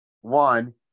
one